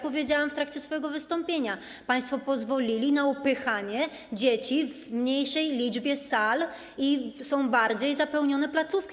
Powiedziałam już w trakcie swojego wystąpienia: państwo pozwolili na upychanie dzieci w mniejszej liczbie sal i są bardziej zapełnione placówki.